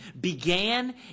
began